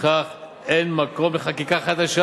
לפיכך אין מקום לחקיקה חדשה